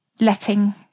letting